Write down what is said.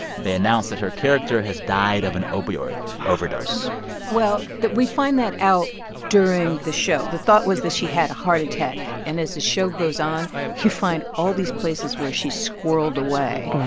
they announced that her character has died of an opioid overdose well, we find that out during the show. the thought was that she had a heart attack. and as the show goes on, you find all these places where she's squirreled away.